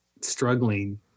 struggling